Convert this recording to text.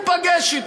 תבחרי.